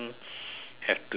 have to be